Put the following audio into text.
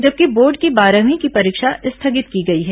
जबकि बोर्ड की बारहवीं की परीक्षा स्थगित की गई है